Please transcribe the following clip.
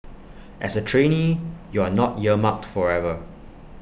as A trainee you are not earmarked forever